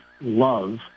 love